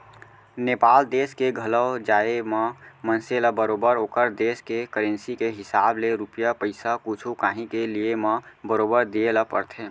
नेपाल देस के घलौ जाए म मनसे ल बरोबर ओकर देस के करेंसी के हिसाब ले रूपिया पइसा कुछु कॉंही के लिये म बरोबर दिये ल परथे